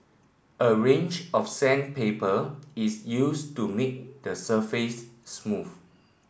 a range of sandpaper is used to make the surface smooth